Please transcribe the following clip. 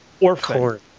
Orphan